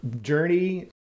journey